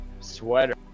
sweater